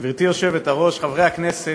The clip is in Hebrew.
חברות וחברים, גברתי היושבת-ראש, חברי הכנסת,